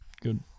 Good